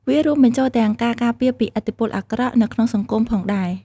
វារួមបញ្ចូលទាំងការការពារពីឥទ្ធិពលអាក្រក់នៅក្នុងសង្គមផងដែរ។